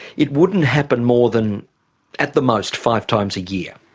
it wouldn't happen more than at the most five times a year.